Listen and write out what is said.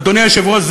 אדוני היושב-ראש,